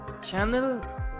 channel